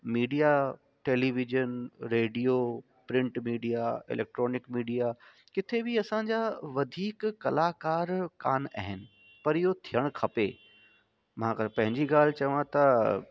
media television radio print media electronic media किथे बि असांजा वधीक कलाकार कोन आहिनि पर इहो थियणु खपे मां अगरि पंहिंजी ॻाल्हि चवां त